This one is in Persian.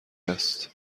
است